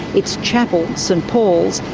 its chapel, st paul's,